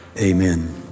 Amen